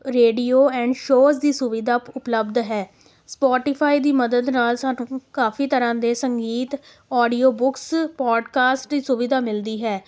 radio and shows ਦੀ ਸੁਵਿਧਾ ਉਪਲੱਬਧ ਹੈ ਸਪੋਟੀਫਾਈ ਦੀ ਮਦਦ ਨਾਲ ਸਾਨੂੰ ਕਾਫ਼ੀ ਤਰ੍ਹਾਂ ਦੇ ਸੰਗੀਤ ਔਡੀਓ ਬੁੱਕਸ ਪੋਡਕਾਸਟ ਦੀ ਸੁਵਿਧਾ ਮਿਲਦੀ ਹੈ